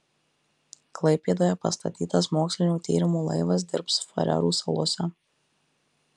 klaipėdoje pastatytas mokslinių tyrimų laivas dirbs farerų salose